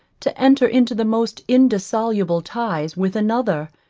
to enter into the most indissoluble ties with another,